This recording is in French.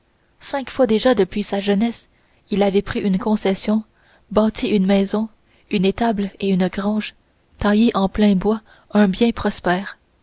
cinq fois déjà depuis sa jeunesse il avait pris une concession bâti une maison une étable et une grange taillé en plein bois un bien prospère